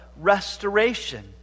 restoration